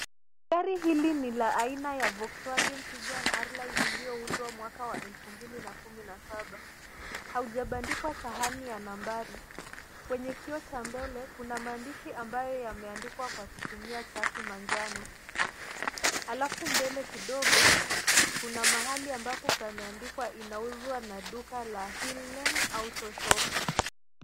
Gari hili ni la aina ya Volkswagen Tiguan R Line, iliyoundwa mwaka wa 2017. Haujabandikwa sahani ya nambari. Kwenye kioo cha mbele, kuna maandishi ambayo yameandikwa kwa kutumia chaki manjano. Halafu mbele kidogo, kuna mahali ambapo pameandikwa inauzwa na duka la Hill Lane Auto shop.